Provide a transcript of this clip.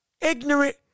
Ignorant